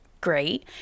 great